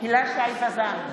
הילה שי וזאן,